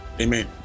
Amen